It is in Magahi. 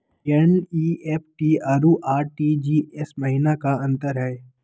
एन.ई.एफ.टी अरु आर.टी.जी.एस महिना का अंतर हई?